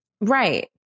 right